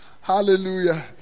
Hallelujah